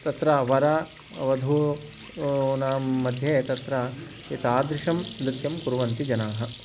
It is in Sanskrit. तत्र वरः वधुः नाम मध्ये तत्र तादृशं नृत्यं कुर्वन्ति जनाः